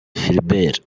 philbert